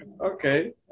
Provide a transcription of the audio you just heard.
okay